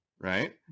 right